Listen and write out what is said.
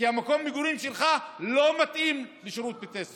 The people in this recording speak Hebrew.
כי מקום המגורים שלך לא מתאים לשירות בתי הסוהר.